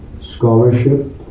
scholarship